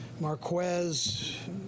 Marquez